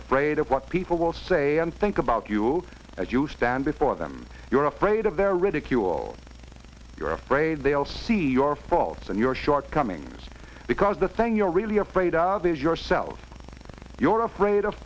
afraid of what people will say and think about you as you stand before them you're afraid of their ridicule you're afraid they'll see your faults and your shortcomings because the thing you're really afraid of is yourself your afraid of